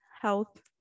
health